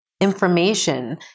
information